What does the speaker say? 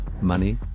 money